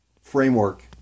framework